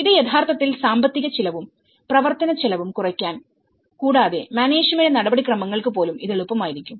ഇത് യഥാർത്ഥത്തിൽ സാമ്പത്തിക ചിലവും പ്രവർത്തനച്ചെലവും കുറയ്ക്കും കൂടാതെ മാനേജ്മെന്റ് നടപടിക്രമങ്ങൾക്ക് പോലും ഇത് എളുപ്പമായിരിക്കും